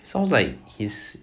sounds like he's